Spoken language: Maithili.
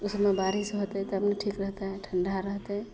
ओसबमे बारिश होतै तब ने ठीक रहतै ठण्डा रहतै